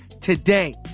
today